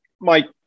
Mike